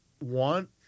want